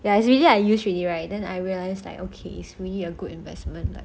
ya is really I use already right then I realise like okay is really a good investment